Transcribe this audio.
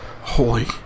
Holy